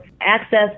access